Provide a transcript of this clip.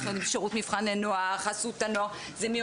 אנחנו יודעים איך זה בשירות מבחן לנוער,